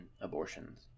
abortions